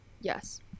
yes